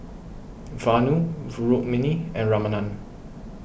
Vanu Rukmini and Ramanand